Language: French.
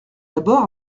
d’abord